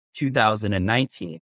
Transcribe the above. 2019